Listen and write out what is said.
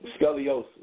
Scoliosis